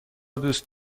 دوست